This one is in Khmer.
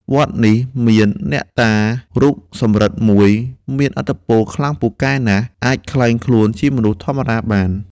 វត្តនេះមានអ្នកតារូបសំរឹទ្ធិមួយ មានឥទ្ធិពលខ្លាំងពូកែណាស់ អាចក្លែងខ្លួនជាមនុស្សធម្មតាបាន ។